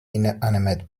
inanimate